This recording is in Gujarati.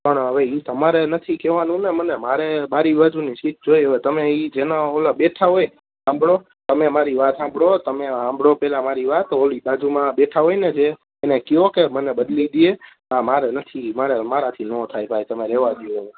પણ અવે ઈ તમારે બારી કેવાનુને મને મારે બારી બાજુની જોઈએ અવે તમે અવે જી જેમાં ઓલ બેઠા હોય હામભદો તમે મારી વાટ પેલા હંભાડો ઓલી બાજુમાં બેઠા હોયને જે એને કયો કે મને બદલી ડે આ મારા નથી આ મારાથી નો થાય ભાઈ તમે રેવ દયો